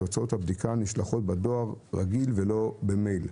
תוצאות הבדיקה נשלחות בדואר רגיל ולא במייל.